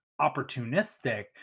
opportunistic